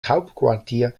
hauptquartier